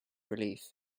relief